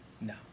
No